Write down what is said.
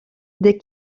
dès